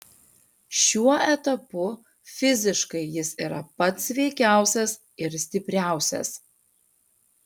šiuo etapu fiziškai jis yra pats sveikiausias ir stipriausias